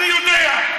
אני יודע.